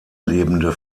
lebende